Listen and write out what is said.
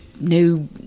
new